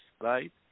Right